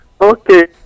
Okay